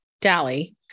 Dally